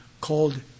called